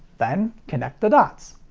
then, connect the dots.